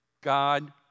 God